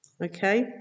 Okay